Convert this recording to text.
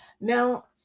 Now